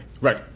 Right